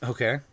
Okay